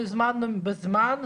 אנחנו הזמנו בזמן?